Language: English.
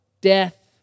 death